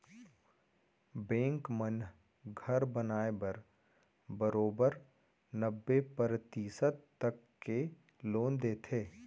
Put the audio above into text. bank मन घर बनाए बर बरोबर नब्बे परतिसत तक के लोन देथे